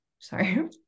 sorry